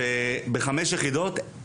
בחמש יחידות,